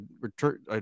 return